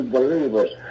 believers